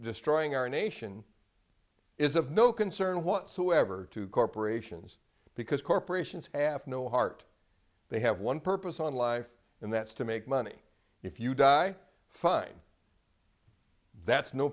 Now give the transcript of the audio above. destroying our nation is of no concern whatsoever to corporations because corporations have no heart they have one purpose on life and that's to make money if you die fine that's no